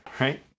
right